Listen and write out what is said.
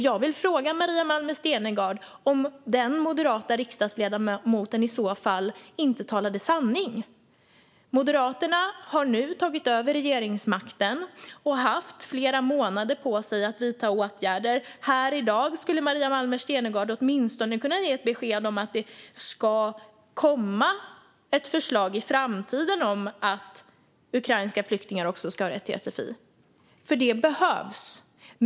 Jag vill fråga Maria Malmer Stenergard om den moderata riksdagsledamoten i så fall inte talade sanning. Moderaterna har nu tagit över regeringsmakten och har haft flera månader på sig att vidta åtgärder. Här i dag skulle Maria Malmer Stenergard åtminstone kunna ge ett besked om att det i framtiden ska komma ett förslag om att också ukrainska flyktingar ska ha rätt till sfi - för det behövs.